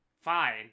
fine